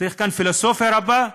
צריך כאן פילוסופיה רבה?